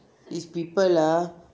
these people ah